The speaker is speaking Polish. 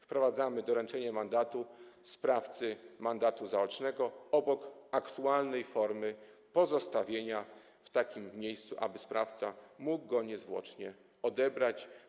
Wprowadzamy doręczenie sprawcy mandatu zaocznego obok aktualnej formy, czyli pozostawienia go w takim miejscu, aby sprawca mógł go niezwłocznie odebrać.